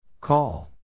Call